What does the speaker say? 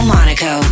Monaco